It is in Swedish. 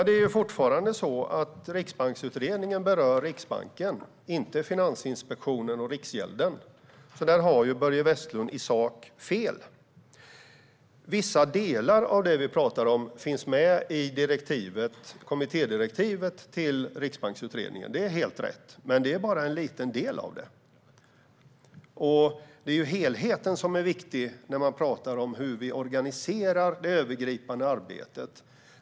Fru talman! Riksbanksutredningen berör dock Riksbanken, inte Finansinspektionen och Riksgälden. Där har Börje Vestlund i sak fel. Det stämmer att vissa delar av det vi talar om finns med i kommittédirektivet till Riksbanksutredningen, men det är bara en liten del av det hela. Det är helheten som är viktig när vi talar om hur vi organiserar det övergripande arbetet.